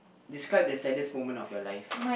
describe the saddest moment of your life